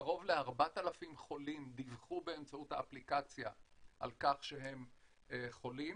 קרוב ל-4,000 חולים דיווחו באמצעות האפליקציה על כך שהם חולים.